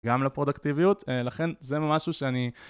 גם לפרודקטיביות לכן זה משהו שאני